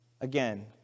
Again